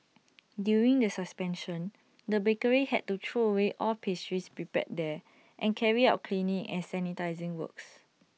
during the suspension the bakery had to throw away all pastries prepared there and carry out cleaning and sanitising works